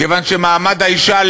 כיוון שמעמד האישה,